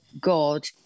God